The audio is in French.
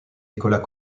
nicolas